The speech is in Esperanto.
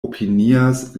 opinias